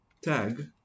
tag